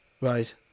right